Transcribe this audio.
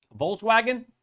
Volkswagen